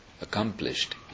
accomplished